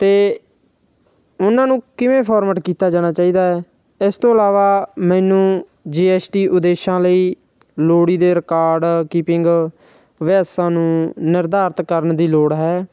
ਅਤੇ ਉਨ੍ਹਾਂ ਨੂੰ ਕਿਵੇਂ ਫੋਰਵਰਡ ਕੀਤਾ ਜਾਣਾ ਚਾਹੀਦਾ ਹੈ ਇਸ ਤੋਂ ਇਲਾਵਾ ਮੈਨੂੰ ਜੀ ਐੱਸ ਟੀ ਉਦੇਸ਼ਾਂ ਲਈ ਲੋੜੀਂਦੇ ਰਿਕਾਡ ਕੀਪਿੰਗ ਅਭਿਆਸਾਂ ਨੂੰ ਨਿਰਧਾਰਿਤ ਕਰਨ ਦੀ ਲੋੜ ਹੈ